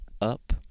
up